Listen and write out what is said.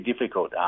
difficult